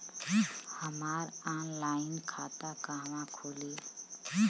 हमार ऑनलाइन खाता कहवा खुली?